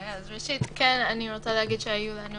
ראשית, כן אני רוצה להגיד שהיו לנו